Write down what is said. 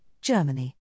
Germany